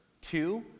Two